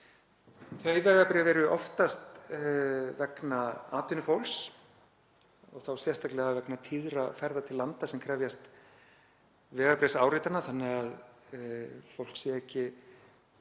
Þau vegabréf voru oftast vegna atvinnu fólks, sérstaklega vegna tíðra ferða til landa sem krefjast vegabréfsáritunar þannig að fólk verði